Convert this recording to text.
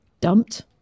dumped